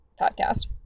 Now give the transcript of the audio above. podcast